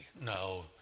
No